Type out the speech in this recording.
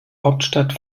hauptstadt